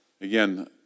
Again